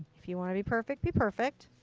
if you want to be perfect, be perfect.